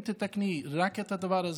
אם תתקני רק את הדבר הזה,